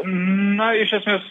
na iš esmės